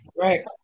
right